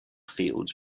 fields